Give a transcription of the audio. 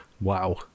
Wow